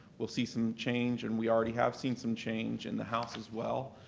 we'll see some change, and we already have seen some change in the house as well.